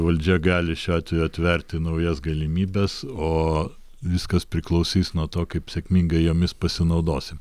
valdžia gali šiuo atveju atverti naujas galimybes o viskas priklausys nuo to kaip sėkmingai jomis pasinaudosim